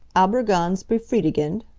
aber ganz befriedigend.